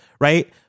right